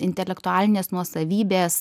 intelektualinės nuosavybės